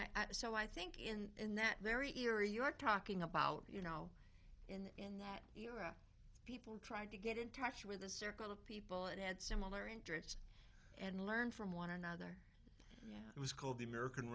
i so i think in that very eerie your talking about you know in that era people tried to get in touch with a circle of people and had similar interests and learn from one another yeah it was called the american